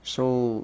so